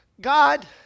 God